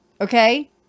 okay